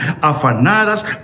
afanadas